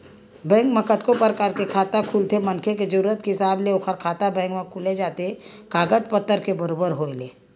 bank म कतको परकार के खाता खुलथे मनखे के जरुरत के हिसाब ले ओखर खाता बेंक म खुल जाथे कागज पतर के बरोबर होय ले